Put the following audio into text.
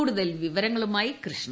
കൂടുതൽ വിവരങ്ങളുമായി കൃഷ്ണ